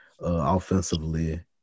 offensively